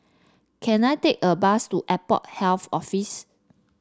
can I take a bus to Airport Health Office